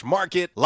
Market